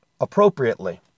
appropriately